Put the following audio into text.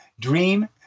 dream